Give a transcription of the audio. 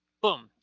boom